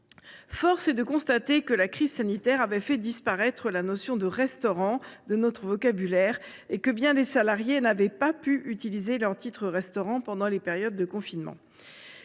Force est de constater que la crise sanitaire avait fait disparaître la notion de restaurant de notre vocabulaire et que bien des salariés n’avaient pu utiliser leurs titres restaurant pendant les périodes de confinement.